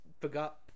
forgot